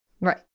Right